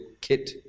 kit